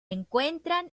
encuentran